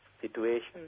situation